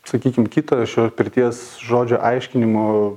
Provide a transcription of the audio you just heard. sakykim kitą šio pirties žodžio aiškinimo